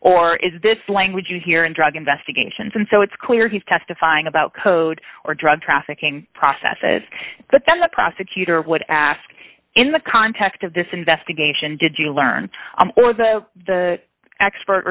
or is this language you hear in drug investigations and so it's clear he's testifying about code or drug trafficking processes but then the prosecutor would ask in the context of this investigation did you learn or the the expert